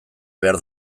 behar